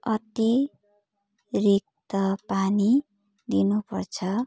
अतिरिक्त पानी दिनु पर्छ